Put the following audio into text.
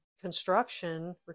construction